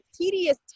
tedious